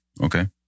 Okay